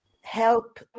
help